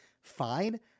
fine